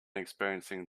experiencing